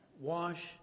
wash